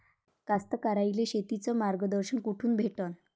कास्तकाराइले शेतीचं मार्गदर्शन कुठून भेटन?